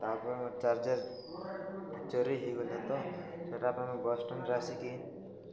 ତାପରେ ମୋ ଚାର୍ଜର ଚୋରି ହେଇଗଲା ତ ସେଟା ବସଷ୍ଟାଣ୍ଡରେ ଆସିକି